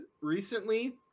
recently